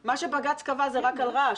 מה שבג"צ קבע זה רק על רעש,